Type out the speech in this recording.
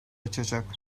açacak